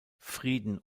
frieden